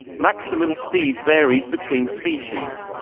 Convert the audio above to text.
maximum speed varies between species.